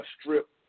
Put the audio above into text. strip